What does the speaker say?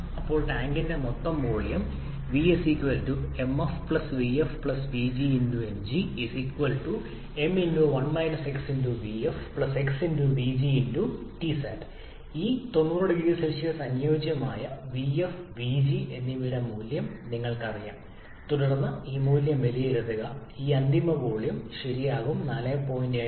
ഇപ്പോൾ ടാങ്കിന്റെ മൊത്തം വോളിയം ഇതിന് തുല്യമായിരിക്കണം ഈ 90 0 സിക്ക് അനുയോജ്യമായ vf vg എന്നിവയുടെ മൂല്യം നിങ്ങൾക്കറിയാം തുടർന്ന് ഈ മൂല്യം വിലയിരുത്തുക ഈ അന്തിമ വോളിയം ശരിയാകും 4